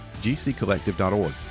gccollective.org